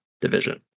division